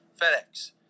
FedEx